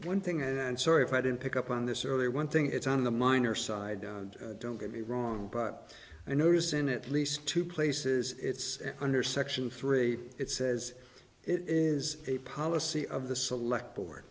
one thing and sorry if i didn't pick up on this earlier one thing it's on the minor side don't get me wrong but i notice in at least two places it's under section three it says it is a policy of the select board